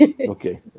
Okay